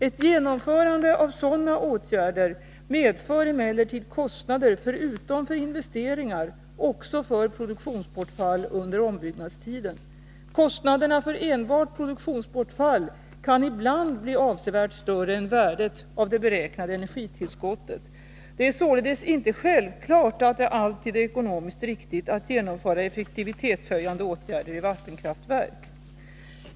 Ett genomförande av sådana åtgärder medför emellertid kostnader förutom för investeringar också för produktionsbortfall under ombyggnadstiden. Kostnaderna för enbart produktionsbortfall kan ibland bli avsevärt större än värdet av det beräknade energitillskottet. Det är således inte självklart att det alltid är ekonomiskt riktigt att genomföra effektivitetshöjande åtgärder i vattenkraftverk.